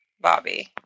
Bobby